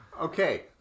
Okay